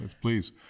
Please